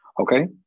okay